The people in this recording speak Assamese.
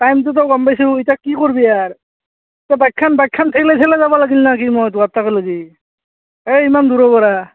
টাইমটোতো গম পাইছোঁ এতিয়া কি কৰবি আৰ তো বাইকখন বাইকখন ঠেলে ঠেলে যাবা লাগিল নেকি মোৰ তোহাৰ তাতলেকি এই ইমান দূৰৰ পৰা